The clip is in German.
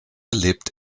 lebt